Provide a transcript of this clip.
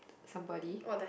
somebody